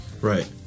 Right